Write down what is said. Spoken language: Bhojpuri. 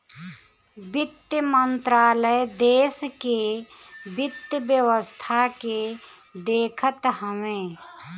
वित्त मंत्रालय देस के वित्त व्यवस्था के देखत हवे